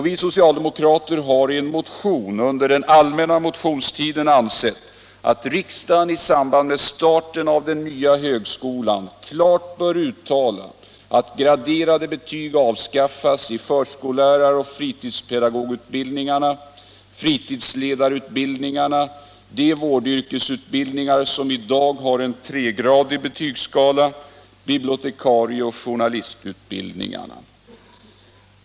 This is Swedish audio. Vi socialdemokrater har i en motion under den allmänna motionstiden yrkat att riksdagen i samband med starten av den nya högskolan klart skulle uttala att graderade betyg skall avskaffas i förskollärar och fritidspedagogutbildningarna, fritidsledarutbildningarna, de vårdyrkesutbildningar som i dag har en tregradig betygsskala samt bibliotekarie och journalistutbildningarna.